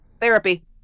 therapy